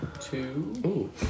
Two